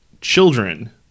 children